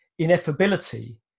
Ineffability